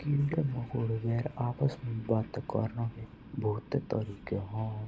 किड़े माकुड़ो बेर आप्स मुञ्ज बात कर्णोके भूत तरीके होन।